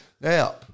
Now